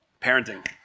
Parenting